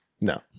No